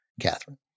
Catherine